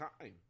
time